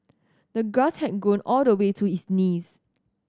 the grass had grown all the way to his knees